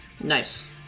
Nice